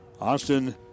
Austin